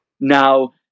Now